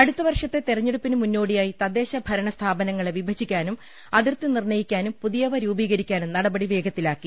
അടുത്തവർഷത്തെ തെരഞ്ഞെടുപ്പിന് മുന്നോടിയായി തദ്ദേശ ഭരണ സ്ഥാപനങ്ങളെ വിഭജിക്കാനും അതിർത്തി നിർണ്ണയിക്കാനും പുതിയവ രൂപീകരിക്കാനും നടപടി വേഗത്തിലാക്കി